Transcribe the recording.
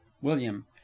william